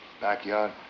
backyard